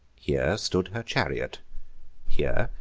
here stood her chariot here,